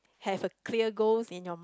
have a clear goals in your